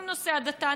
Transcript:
עם נושא ההדתה.